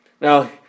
Now